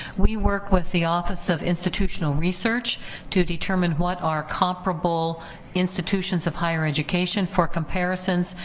we work with the office of institutional research to determine what our comparable institutions of higher education for comparisons,